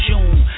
June